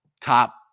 top